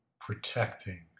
protecting